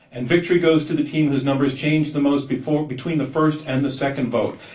and victory goes to the team whose numbers change the most before between the first and the second vote.